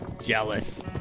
jealous